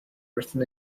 written